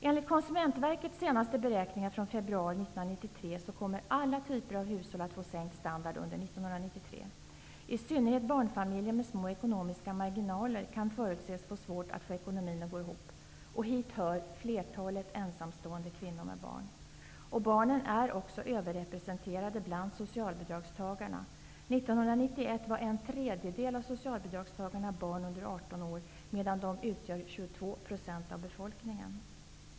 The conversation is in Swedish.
Enligt Konsumentverkets senaste beräkningar från februari 1993 kommer alla typer av hushåll att få sänkt standard under 1993. I synnerhet barnfamiljer med små ekonomiska marginaler kan förutses få svårt att få ekonomin att gå ihop. Hit hör flertalet ensamstående kvinnor med barn. Barnen är också överrepresenterade bland socialbidragstagarna. 1991 var en tredjedel av socialbidragstagarna barn under 18 år, medan de utgör 22 % av befolkningen.